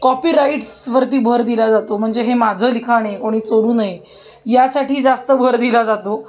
कॉपीराईट्सवरती भर दिला जातो म्हणजे हे माझं लिखाण आहे कोणी चोरू नये यासाठी जास्त भर दिला जातो